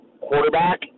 quarterback